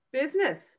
Business